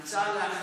אינו נוכח,